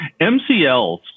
MCLs